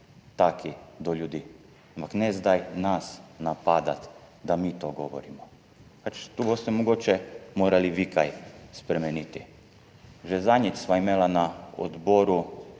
taki do ljudi, ampak ne nas zdaj napadati, da mi to govorimo. Tu boste mogoče morali vi kaj spremeniti. Že zadnjič sva imela na odboru